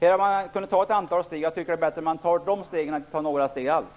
Jag tycker att det är bättre att ta några steg än inga steg alls.